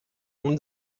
اون